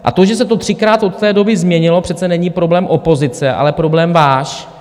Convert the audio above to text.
A to, že se to třikrát od té doby změnilo, přece není problém opozice, ale problém váš.